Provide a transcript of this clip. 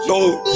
Lord